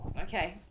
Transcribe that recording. Okay